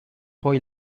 poi